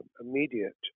immediate